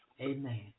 Amen